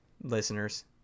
listeners